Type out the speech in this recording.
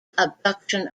abduction